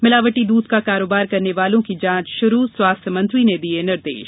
मिलावटी दूध का कारोबार करने वालों की जांच शुरू स्वास्थ्य मंत्री ने दिये निर्देश